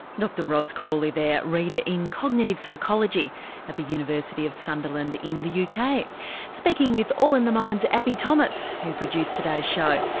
dr ros crawley there, reader in cognitive psychology at the university of sunderland in the uk, kind of speaking with all in the mind's abbie thomas who produced today's show.